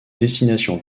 destination